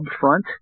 front